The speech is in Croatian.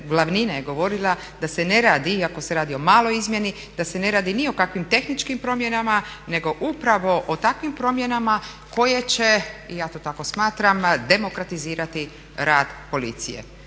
glavnina je govorila da se ne radi iako se radi o maloj izmjeni da se ne radi ni o kakvim tehničkim promjenama, nego upravo o takvim promjenama koje će i ja to tako smatram demokratizirati rad policije.